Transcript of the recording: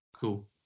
Cool